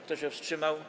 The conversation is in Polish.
Kto się wstrzymał?